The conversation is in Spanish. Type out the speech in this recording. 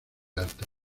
alta